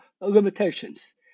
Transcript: limitations